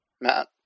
Matt